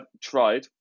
tried